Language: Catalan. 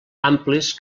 amplis